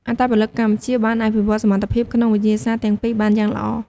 អត្តពលិកកម្ពុជាបានអភិវឌ្ឍសមត្ថភាពក្នុងវិញ្ញាសាទាំងពីរបានយ៉ាងល្អ។